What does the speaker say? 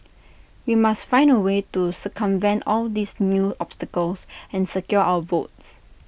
we must find A way to circumvent all these new obstacles and secure our votes